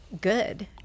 good